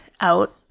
out